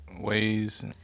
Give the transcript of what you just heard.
ways